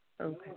Okay